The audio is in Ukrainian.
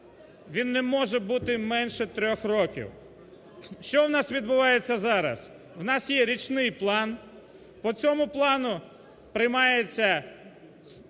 він не може бути менше трьох років. Що в нас відбувається зараз? В нас є річний план, по цьому плану приймається